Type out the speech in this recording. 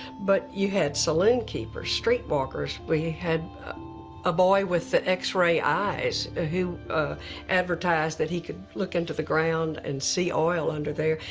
but you had saloon keepers, streetwalkers. we had a boy with x-ray eyes ah who advertised that he could look into the ground and see oil under there,